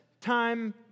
time